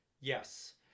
Yes